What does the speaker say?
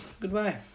goodbye